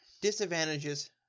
Disadvantages